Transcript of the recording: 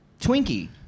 Twinkie